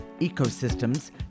ecosystems